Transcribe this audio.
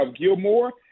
Gilmore